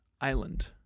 Island